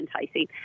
enticing